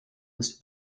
ist